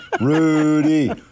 Rudy